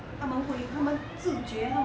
他们会他们自觉他们